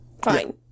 fine